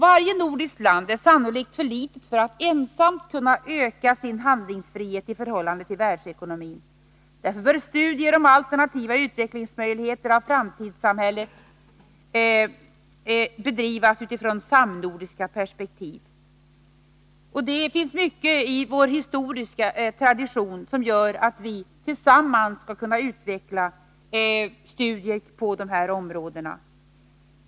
Varje nordiskt land är sannolikt för litet för att ensamt kunna öka sin handlingsfrihet i förhållande till världsekonomin. Därför bör studier om alternativa utvecklingsmöjligheter av framtidssamhället bedrivas utifrån samnordiskt perspektiv. Det finns mycket i vår historiska tradition som gör att vi tillsammans skall kunna utveckla studiet på de här områdena.